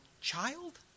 child